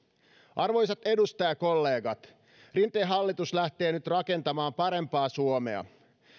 arvoisat edustajakollegat rinteen hallitus lähtee nyt rakentamaan parempaa suomea